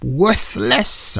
worthless